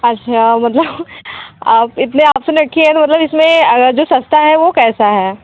अच्छा मतलब आप इतने आप से ना कि यह हो ना जिस में अगर जो सस्ता है वह कैसा है